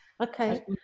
okay